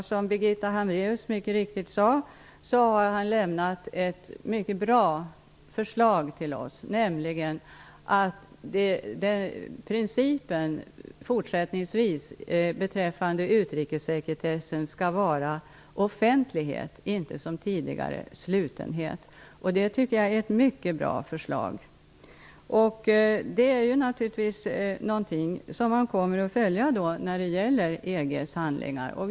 Som Birgitta Hambraeus mycket riktigt sade har han lämnat ett mycket bra förslag, nämligen att principen beträffande utrikessekretessen fortsättningsvis skall vara offentlighet och inte, som tidigare, slutenhet. Detta är ett mycket bra förslag. Detta är naturligtvis något som man kommer att följa när det gäller EU:s handlingar.